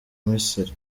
misiri